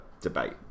debate